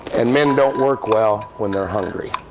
and men don't work well when they're hungry,